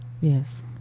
Yes